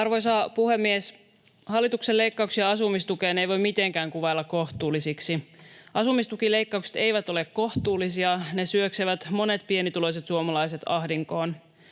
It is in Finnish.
Arvoisa puhemies! Hallituksen leikkauksia asumistukeen ei voi mitenkään kuvailla kohtuullisiksi. Asumistukileikkaukset eivät ole kohtuullisia, ne syöksevät monet pienituloiset suomalaiset ahdinkoon.